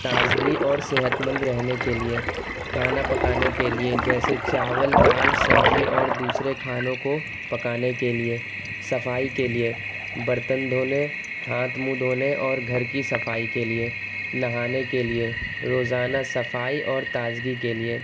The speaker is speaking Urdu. تازگی اور صحت مند رہنے کے لیے کھانا پکانے کے لیے جیسے چاول دال سبزی اور دوسرے کھانوں کو پکانے کے لیے صفائی کے لیے برتن دھونے ہاتھ منہ دھونے اور گھر کی صفائی کے لیے نہانے کے لیے روزانہ صفائی اور تازگی کے لیے